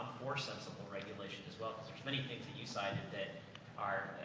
for sensible regulation as well. there's many things, that you cited, that that are,